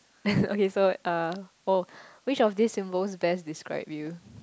okay so uh oh which of these symbols best describe you